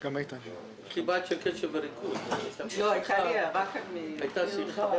יצא פרסום על הסיפור של המשכורות של בכירי מבקר המדינה,